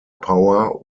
power